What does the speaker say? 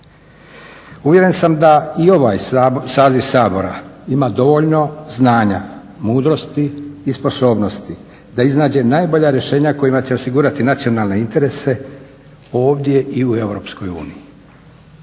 Uvjeren sam da i ovaj saziv Sabora ima dovoljno znanja, mudrosti i sposobnosti da iznađe najbolja rješenja kojima će osigurati nacionalne interese ovdje i u EU.